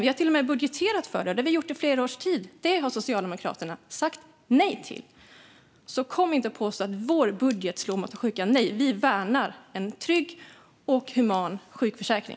Vi har till och med budgeterat för det, och det har vi gjort i flera års tid. Det har Socialdemokraterna sagt nej till. Så kom inte och påstå att vår budget slår mot de sjuka! Nej, vi värnar en trygg och human sjukförsäkring.